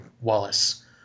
Wallace